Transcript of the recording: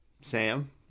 Sam